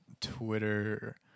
twitter